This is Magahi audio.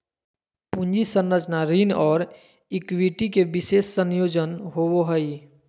पूंजी संरचना ऋण और इक्विटी के विशेष संयोजन होवो हइ